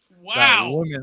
Wow